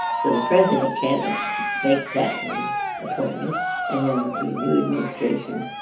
so the president can't make that many appointments. and then there'll be a new administration.